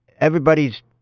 everybody's